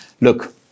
look